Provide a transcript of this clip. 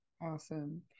Awesome